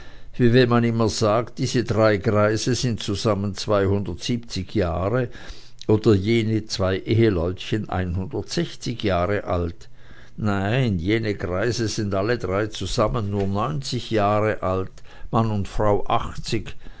wie wenn man immer sagt diese drei greise sind zusammen jahre oder jene zwei eheleutchen jahre alt nein jene greise sind alle drei zusammen nur neunzig jahre alt mann und frau achtzig